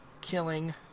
killing